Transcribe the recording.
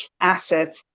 asset